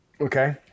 Okay